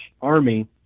army